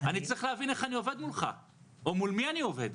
אני צריך להבין איך אני עובד מולך או מול מי אני עובד.